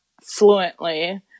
fluently